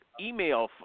email